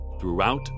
Throughout